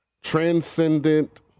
Transcendent